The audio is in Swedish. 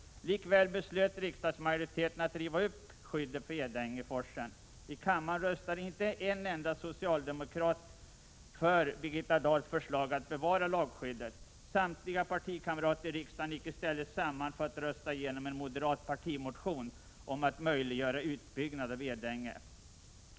Likväl beslöt riksdagsmajoriteten att riva upp skyddet för Edängeforsen. I kammaren röstade inte en enda socialdemokrat för Birgitta Dahls förslag om att bevara lagskyddet. Samtliga hennes partikamrater i riksdagen gick i stället samman och röstade igenom en moderat partimotion som handlade om att möjliggöra en utbyggnad av Edänge.